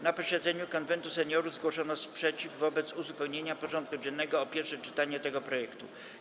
Na posiedzeniu Konwentu Seniorów zgłoszono sprzeciw wobec uzupełnienia porządku dziennego o pierwsze czytanie tego projektu.